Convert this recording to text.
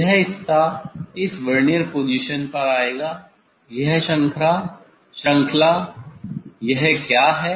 यह हिस्सा इस वर्नियर पोजीशन पर आएगा यह श्रृंखला यह क्या है